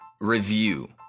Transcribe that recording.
review